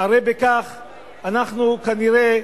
הרי בכך אנחנו, כנראה,